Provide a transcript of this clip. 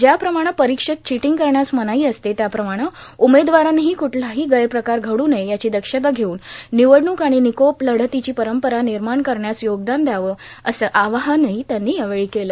ज्याप्रमाणे पराक्षेत र्चिर्टाग करण्यास मनाई असते त्याप्रमाणे उमेदवारांनीहां क्ठलाहां गैरप्रकार घडू नये याची दक्षता घेऊन निवडणूक आण निकोप लढतीची परंपरा निमाण करण्यास योगदान द्यावं असं आवाहनही त्यांनी यावेळी केलं